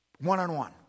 One-on-one